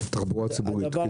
כדאי להוסיף תחבורה ציבורית.